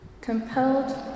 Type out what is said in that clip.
Compelled